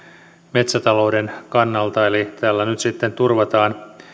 metsätalouden kannalta eli tällä nyt sitten turvataan